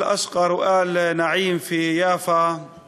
להלן תרגומם: ברצוננו לפנות אל משפחת אשקר ואל משפחת נעים ביפו ואל